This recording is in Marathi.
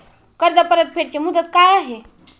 कर्ज परतफेड ची मुदत काय आहे?